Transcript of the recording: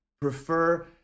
prefer